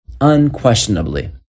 Unquestionably